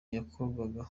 yakorwaga